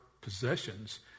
possessions